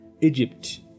Egypt